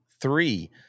three